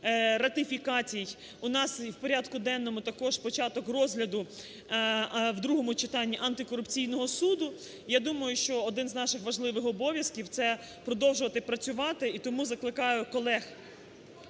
ратифікації у нас в порядку денному також початок розгляду в другому читанні антикорупційного суду. Я думаю, що один з наших важливих обов'язків – це продовжувати працювати. І тому закликаю колег